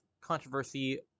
controversy